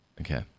Okay